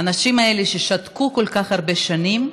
האנשים האלה, ששתקו כל כך הרבה שנים,